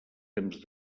temps